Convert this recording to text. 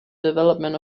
development